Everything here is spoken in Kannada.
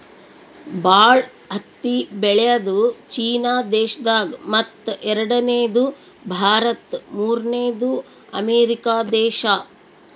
ಭಾಳ್ ಹತ್ತಿ ಬೆಳ್ಯಾದು ಚೀನಾ ದೇಶದಾಗ್ ಮತ್ತ್ ಎರಡನೇದು ಭಾರತ್ ಮೂರ್ನೆದು ಅಮೇರಿಕಾ ದೇಶಾ